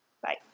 Bye